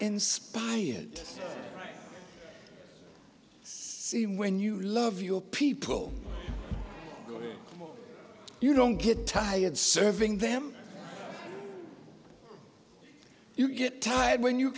inspired to see when you love your people you don't get tired serving them you get tired when you